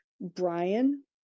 Brian